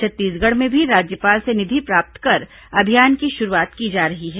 छत्तीसगढ़ में भी राज्यपाल से निधि प्राप्त कर अभियान की शुरूआत की जा रही है